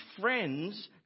friends